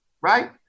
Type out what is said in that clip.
right